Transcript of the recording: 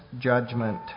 judgment